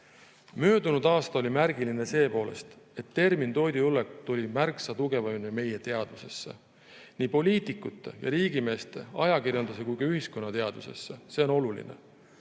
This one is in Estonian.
Möödunud aasta oli märgiline selle poolest, et termin "toidujulgeolek" tuli märksa tugevamini meie teadvusesse, nii poliitikute ja riigimeeste, ajakirjanduse kui ka ühiskonna teadvusesse. See on oluline.